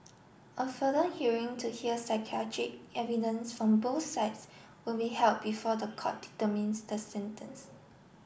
a further hearing to hear psychiatric evidence from both sides will be held before the court determines the sentence